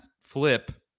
flip